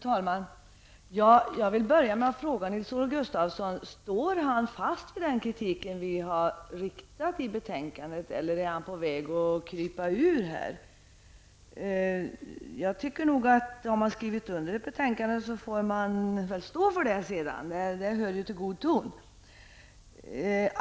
Fru talman! Jag vill börja med att fråga Nils-Olof Gustafsson om han står fast vid kritiken i betänkandet eller om han är på väg att krypa ur. Om man har skrivit under ett betänkande får man väl stå för det sedan. Det hör till god ton.